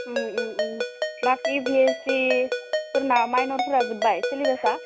बाखि B S C फोरना मायनरफोरा जोब्बाय सिलेबासा